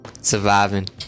Surviving